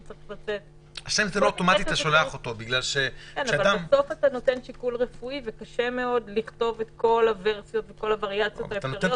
שולח אותו אוטומטית --- קשה מאוד לכתוב את כל הווריאציות האפשריות